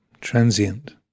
transient